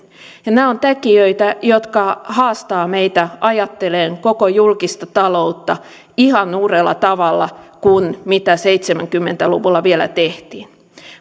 ja nämä ovat tekijöitä jotka haastavat meitä ajattelemaan koko julkista taloutta ihan uudella tavalla verrattuna siihen mitä vielä seitsemänkymmentä luvulla